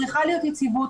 צריכה להיות יציבות,